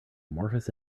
amorphous